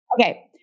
Okay